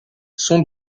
sont